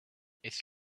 its